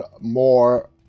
more